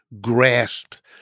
grasped